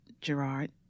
Gerard